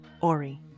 Ori